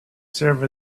serve